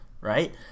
right